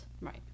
Right